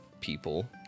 people